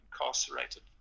incarcerated